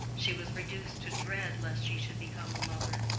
she was reduced to dread lest she should become a mother.